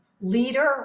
leader